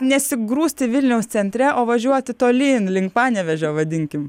nesigrūsti vilniaus centre o važiuoti tolyn link panevėžio vadinkim